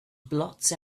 blots